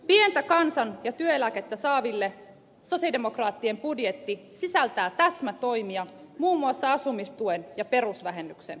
pientä kansan ja työeläkettä saaville sosialidemokraattien budjetti sisältää täsmätoimia muun muassa asumistuen ja perusvähennyksen korottamisen